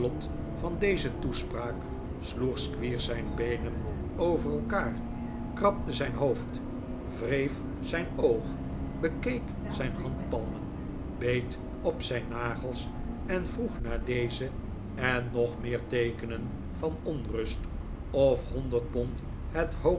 vaci deze toespraak sloeg squeers zijn beenen over elkaar krabde zijn hoofd wreef zijn oog bekeek zijn handpalmen beet op zijn nagels en vroeg na deze en nog meer teekenen van onrust of honderd pqnd het